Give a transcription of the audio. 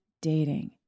dating